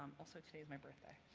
also today is my birthday.